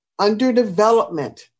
underdevelopment